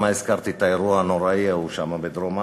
למה הזכרתי את האירוע הנוראי ההוא בדרום-אפריקה,